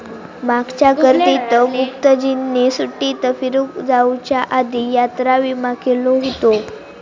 मागच्या गर्मीत गुप्ताजींनी सुट्टीत फिरूक जाउच्या आधी यात्रा विमा केलो हुतो